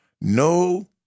No